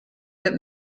that